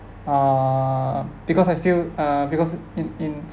err because I feel uh because in in